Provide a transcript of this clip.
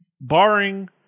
barring